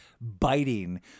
biting